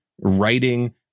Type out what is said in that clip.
writing